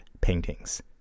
paintings